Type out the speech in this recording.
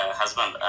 husband